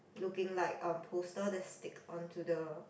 looking like a poster that stick onto the